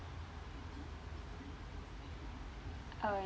uh